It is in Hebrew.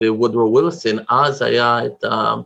וודרו ווילסון אז היה את ה...